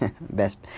best